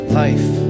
life